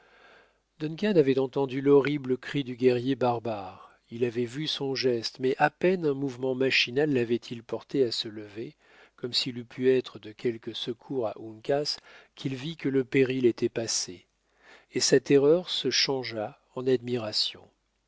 avait entendu l'horrible cri du guerrier barbare il avait vu son geste mais à peine un mouvement machinal l'avaitil porté à se lever comme s'il eût pu être de quelque secours à uncas qu'il vît que le péril était passé et sa terreur se changea en admiration